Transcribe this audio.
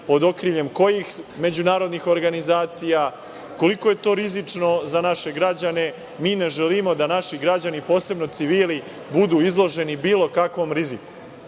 pod okriljem kojih međunarodnih organizacija, koliko je to rizično za naše građane. Mi ne želimo da naši građani, posebno civili budu izloženi bilo kakvom riziku. Nema